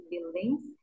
buildings